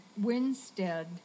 Winstead